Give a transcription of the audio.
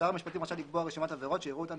שר המשפטים רשאי לקבוע רשימת עבירות שיראו אותן